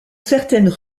certaines